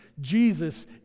Jesus